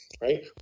right